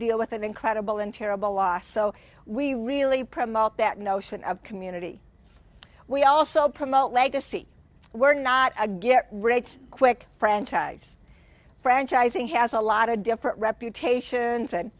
deal with an incredible and terrible loss so we really promote that notion of community we also promote legacy we're not a get rich quick franchise franchising has a lot of different reputation